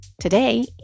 Today